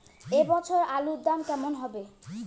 এ বছর আলুর দাম কেমন হবে?